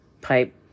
pipe